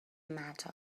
metal